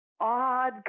odd